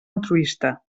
altruista